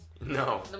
No